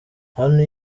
hano